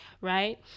right